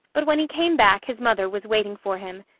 but when he came back, his mother was waiting for him.